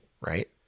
right